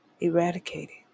eradicated